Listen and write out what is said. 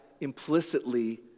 implicitly